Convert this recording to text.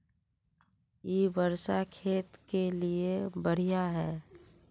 इ वर्षा खेत के लिए बढ़िया है?